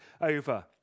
over